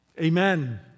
Amen